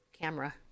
camera